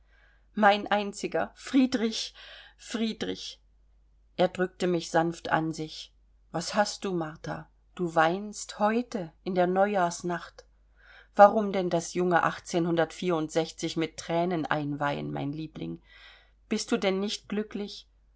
mein einziger friedrich friedrich er drückte mich sanft an sich was hast du martha du weinst heute in der neujahrsnacht warum denn das junge mit thränen einweihen mein liebling bist du denn nicht glücklich